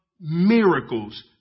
miracles